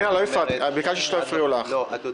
פנינה, ביקשת שלא יפריעו לך שקט.